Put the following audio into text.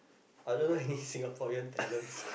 I don't know any Singaporean talents